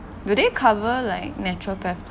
do they cover like naturopath